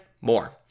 more